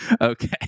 Okay